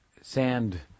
sand